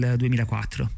2004